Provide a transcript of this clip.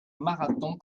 marathon